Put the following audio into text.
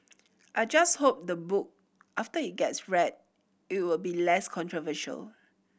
I just hope the book after it gets read it will be less controversial